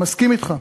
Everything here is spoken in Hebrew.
מסכים אתך.